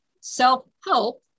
self-help